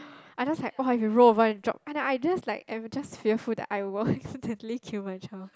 I just like what if it roll over and drop and then I just like I'm just fearful that I will accidentally kill my child